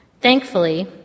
Thankfully